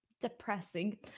Depressing